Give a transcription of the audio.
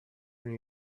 new